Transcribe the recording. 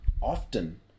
often